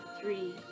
three